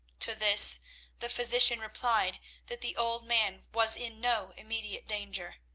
to this the physician replied that the old man was in no immediate danger,